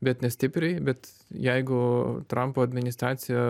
bet nestipriai bet jeigu trampo administracija